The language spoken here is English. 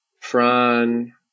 Fran